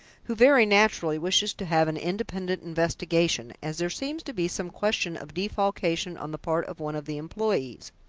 who very naturally wishes to have an independent investigation, as there seems to be some question of defalcation on the part of one of the employees.